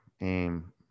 Aim